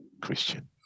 christian